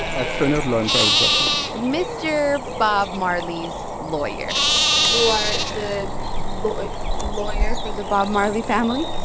attorney at law in private practice mr. bob marley's lawyer you are the but lawyer for the bob marley family?